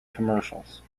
commercials